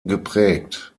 geprägt